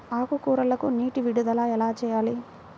ఆకుకూరలకు నీటి విడుదల ఎలా చేయాలి?